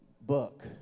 book